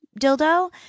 dildo